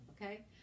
Okay